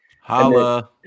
Holla